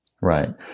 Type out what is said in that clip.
Right